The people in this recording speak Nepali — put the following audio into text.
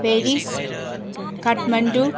पेरिस काठमाडौँ